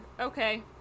okay